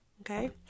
okay